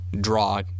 draw